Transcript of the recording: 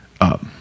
up